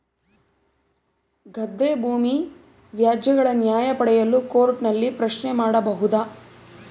ಗದ್ದೆ ಭೂಮಿ ವ್ಯಾಜ್ಯಗಳ ನ್ಯಾಯ ಪಡೆಯಲು ಕೋರ್ಟ್ ನಲ್ಲಿ ಪ್ರಶ್ನೆ ಮಾಡಬಹುದಾ?